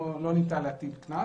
לא ניתן להטיל קנס.